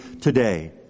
today